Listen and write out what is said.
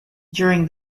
during